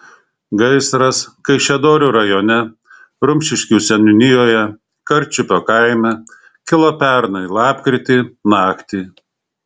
gaisras kaišiadorių rajone rumšiškių seniūnijoje karčiupio kaime kilo pernai lapkritį naktį